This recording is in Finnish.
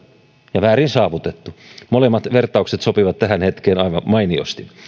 ja väärin saavutettu molemmat vertaukset sopivat tähän hetkeen aivan mainiosti